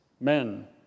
men